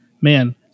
Man